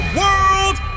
world